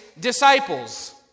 disciples